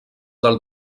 del